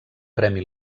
premi